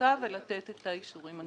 לבדיקה ולתת את האישורים הנדרשים.